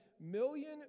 million